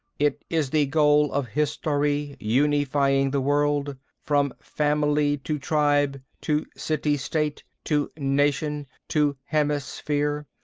it is the goal of history, unifying the world. from family to tribe to city-state to nation to hemisphere,